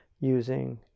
using